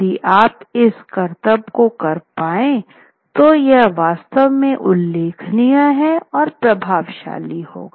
यदि आप इस करतब को कर पाए तो यह वास्तव में उल्लेखनीय और प्रभावशाली होगा